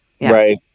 right